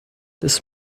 this